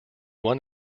one